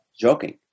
joking